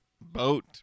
Boat